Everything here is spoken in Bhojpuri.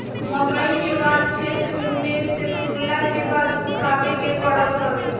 मकई के बाल खेते में से तुरला के बाद सुखावे के पड़त हवे